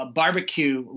barbecue